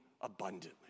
abundantly